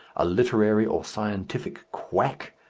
a literary or scientific quack,